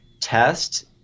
test